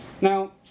Now